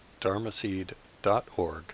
dharmaseed.org